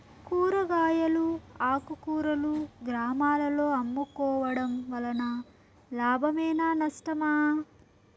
కూరగాయలు ఆకుకూరలు గ్రామాలలో అమ్ముకోవడం వలన లాభమేనా నష్టమా?